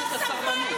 הם לא חייבים,